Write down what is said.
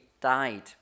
died